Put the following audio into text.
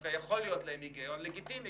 שדווקא יכול להיות להן הגיון לגיטימי